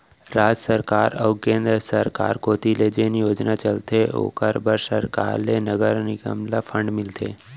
राज सरकार अऊ केंद्र सरकार कोती ले जेन योजना चलथे ओखर बर सरकार ले नगर निगम ल फंड मिलथे